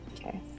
Okay